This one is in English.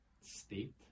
state